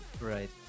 right